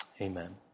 Amen